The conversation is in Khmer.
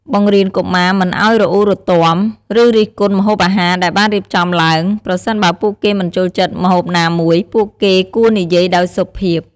បង្រៀនកុមារមិនឲ្យរអ៊ូរទាំ ឬរិះគន់ម្ហូបអាហារដែលបានរៀបចំឡើង ប្រសិនបើពួកគេមិនចូលចិត្តម្ហូបណាមួយ ពួកគេគួរនិយាយដោយសុភាព។